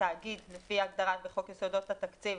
לתאגיד לפי ההגדרה בחוק יסודות התקציב